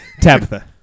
Tabitha